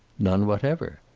none whatever.